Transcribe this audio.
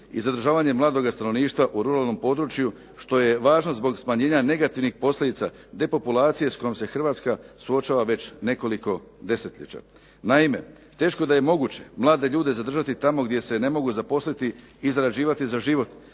i zadržavanje mladoga stanovništva u ruralnom području što je važno zbog smanjenja negativnih posljedica depopulacije s kojom se Hrvatska suočava već nekoliko desetljeća. Naime, teško da je moguće mlade ljude zadržati tamo gdje se ne mogu zaposliti i zarađivati za život.